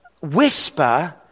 whisper